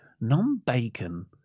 Non-bacon